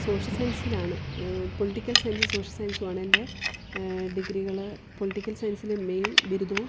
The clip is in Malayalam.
സോഷ്യൽ സയൻസിലാണ് പൊളിറ്റിക്കൽ സയൻസും സോഷ്യൽ സയൻസുമാണ് എന്റെ ഡിഗ്രികൾ പൊളിറ്റിക്കൽ സയൻസിൽ മെയിൻ ബിരുദവും